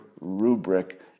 rubric